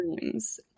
dreams